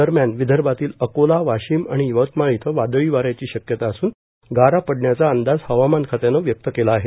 दरम्यान विदर्भातील अकोला वाशिम आणि यवतमाळ इथं वादळीवाऱ्याची शक्यता असून गारा पडण्याचा अंदाज हवामान खात्यानं व्यक्त केला आहे